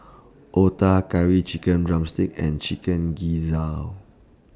Otah Curry Chicken Drumstick and Chicken Gizzard